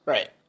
Right